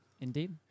Indeed